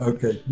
Okay